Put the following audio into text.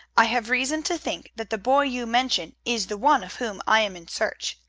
i have reason to think that the boy you mention is the one of whom i am in search.